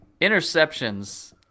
interceptions